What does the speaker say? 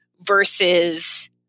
versus